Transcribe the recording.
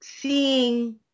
seeing